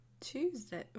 Tuesday